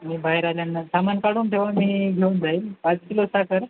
मी बाहेर आल्यानं सामान काढून ठेवा मी घेऊन जाईल पाच किलो साखर